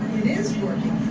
it is working